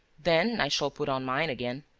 then i shall put on mine again.